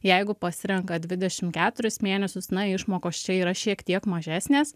jeigu pasirenka dvidešimt keturis mėnesius na išmokos čia yra šiek tiek mažesnės